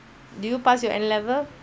did you pass your N level